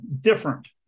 different